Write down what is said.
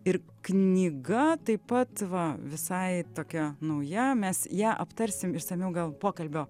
ir knyga taip pat va visai tokia nauja mes ją aptarsim išsamiau gal pokalbio